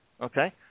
Okay